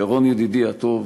ירון, ידידי הטוב,